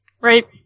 right